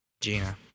Gina